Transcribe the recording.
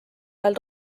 ajal